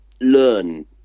learn